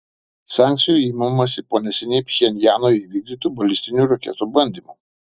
sankcijų imamasi po neseniai pchenjano įvykdytų balistinių raketų bandymų